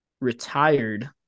retired